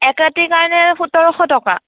একৰাতিৰ কাৰণে সোতৰশ টকা